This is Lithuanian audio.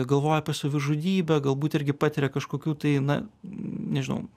galvoja apie savižudybę galbūt irgi patiria kažkokių tai na nežinau